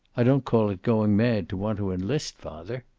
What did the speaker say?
i don't call it going mad to want to enlist, father.